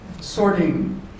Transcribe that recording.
sorting